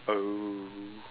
oh